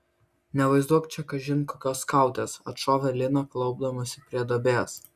nevaizduok čia kažin kokios skautės atšovė lina klaupdamasi prie duobės